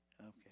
Okay